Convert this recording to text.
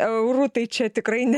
eurų tai čia tikrai ne